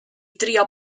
drio